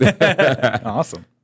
Awesome